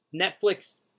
Netflix